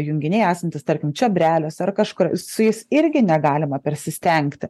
junginiai esantys tarkim čiobreliuose ar kažkur su jais irgi negalima persistengti